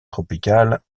tropical